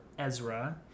Ezra